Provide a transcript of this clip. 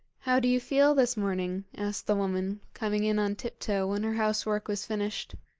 how do you feel this morning asked the woman, coming in on tip-toe when her house-work was finished.